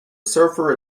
surfer